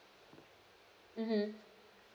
mmhmm